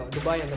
Dubai